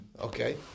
Okay